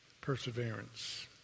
Perseverance